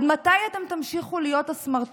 עד מתי אתם תמשיכו להיות הסמרטוטים